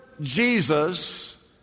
Jesus